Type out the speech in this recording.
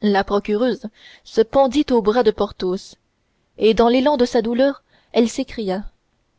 la procureuse se pendit au bras de porthos et dans l'élan de sa douleur elle s'écria